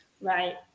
Right